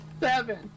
Seven